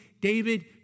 David